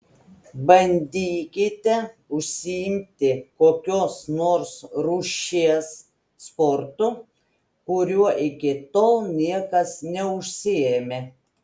bandykite užsiimti kokios nors rūšies sportu kuriuo iki tol niekas neužsiėmė